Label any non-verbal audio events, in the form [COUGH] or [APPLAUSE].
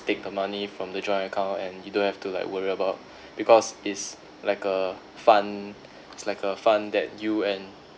take the money from the joint account and you don't have to like worry about [BREATH] because it's like a fund [BREATH] it's like a fund that you and